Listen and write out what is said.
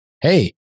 Hey